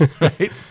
right